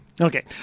Okay